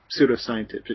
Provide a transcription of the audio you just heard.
pseudoscientific